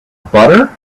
butter